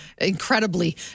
incredibly